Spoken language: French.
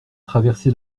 traverser